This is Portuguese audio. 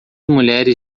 mulheres